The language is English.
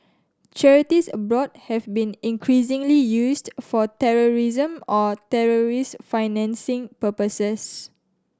charities abroad have been increasingly used for terrorism or terrorist financing purposes